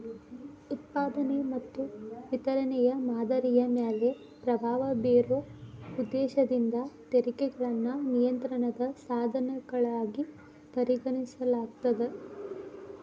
ಉತ್ಪಾದನೆ ಮತ್ತ ವಿತರಣೆಯ ಮಾದರಿಯ ಮ್ಯಾಲೆ ಪ್ರಭಾವ ಬೇರೊ ಉದ್ದೇಶದಿಂದ ತೆರಿಗೆಗಳನ್ನ ನಿಯಂತ್ರಣದ ಸಾಧನಗಳಾಗಿ ಪರಿಗಣಿಸಲಾಗ್ತದ